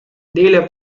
dile